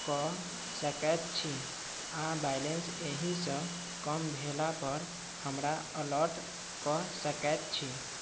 कऽ सकै छी आओर बैलेन्स एहिसँ कम भेलापर हमरा अलर्ट कऽ सकै छी